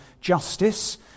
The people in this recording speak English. justice